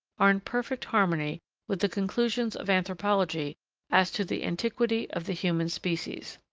are in perfect harmony with the conclusions of anthropology as to the antiquity of the human species.